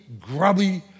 grubby